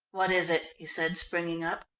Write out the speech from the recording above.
what is it? he said, springing up.